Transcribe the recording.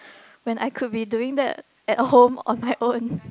when I could be doing that at home on my own